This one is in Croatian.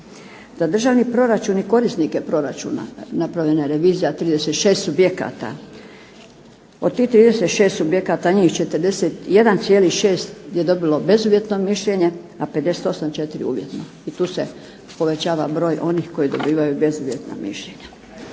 Za državni proračun i korisnike proračuna napravljena je revizija 36 subjekata. Od tih 36 subjekata njih 41,6 je dobilo bezuvjetno mišljenje a 58,4 uvjetno. I tu se povećava broj onih koji dobivaju bezuvjetna mišljenja.